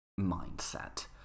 mindset